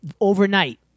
overnight